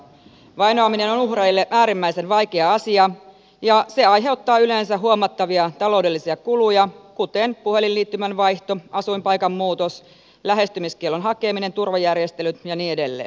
vainoaminen on uhreille äärimmäisen vaikea asia ja se aiheuttaa yleensä huomattavia taloudellisia kuluja kuten puhelinliittymän vaihto asuinpaikan muutos lähestymiskiellon hakeminen turvajärjestelyt ja niin edelleen